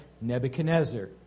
Nebuchadnezzar